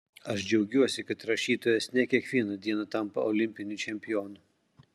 aš džiaugiuosi kad rašytojas ne kiekvieną dieną tampa olimpiniu čempionu